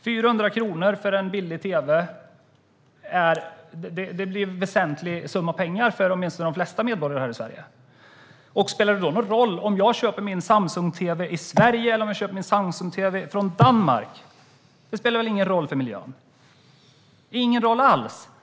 400 kronor för en billig tv - det är en väsentlig summa pengar åtminstone för de flesta medborgare här i Sverige. Spelar det då någon roll om jag köper min Samsung-tv i Sverige eller om jag köper den från Danmark? Det spelar ingen roll för miljön. Det spelar ingen roll alls.